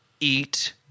eat